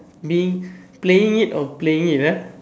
being playing it or playing it ah